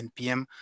NPM